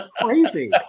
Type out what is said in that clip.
Crazy